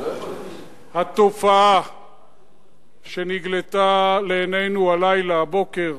התופעה שנגלתה לעינינו הלילה הבוקר,